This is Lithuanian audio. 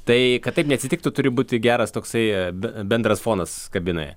tai kad taip neatsitiktų turi būti geras toksai be bendras fonas kabinoje